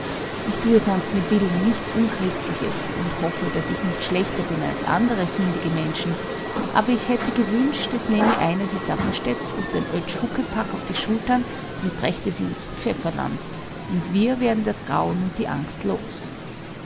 ich tue sonst mit willen nichts unchristliches und hoffe daß ich nicht schlechter bin als andere sündige menschen aber ich hätte gewünscht es nähme einer die safferstätts und den oetsch huckepack auf die schultern und brächte sie ins pfefferland und wir wären das grauen und die angst los